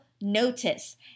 notice